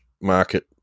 market